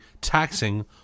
taxing